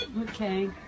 Okay